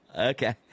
okay